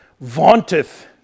vaunteth